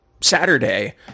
Saturday